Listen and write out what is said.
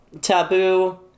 taboo